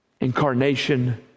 incarnation